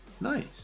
nice